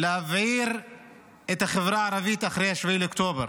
להבעיר את החברה הערבית אחרי 7 באוקטובר,